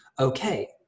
okay